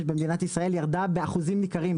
במדינת ישראל ירדה באחוזים ניכרים,